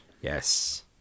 Yes